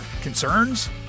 concerns